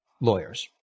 lawyers